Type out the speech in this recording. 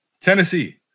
Tennessee